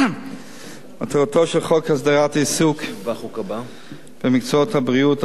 הצעת חוק הסדרת עיסוק במקצועות הבריאות,